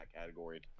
category